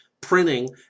printing